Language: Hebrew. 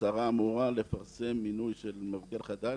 השרה אמורה לפרסם מינוי של מבקר חדש,